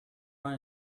run